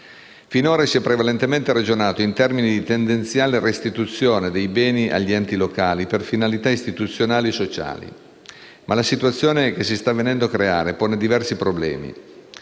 Finora si è prevalentemente ragionato in termini di tendenziale restituzione dei beni agli enti locali per finalità istituzionali e sociali, ma la situazione che si sta venendo a creare pone diversi problemi.